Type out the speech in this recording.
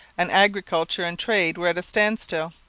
and agriculture and trade were at a standstill.